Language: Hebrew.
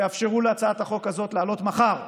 תאפשרו להצעת החוק הזאת לעלות מחר.